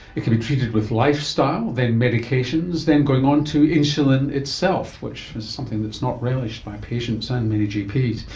it can be treated with lifestyle, then medications, then going on to insulin itself, which is something that is not relished by patients and their gps.